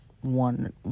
one